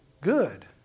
Good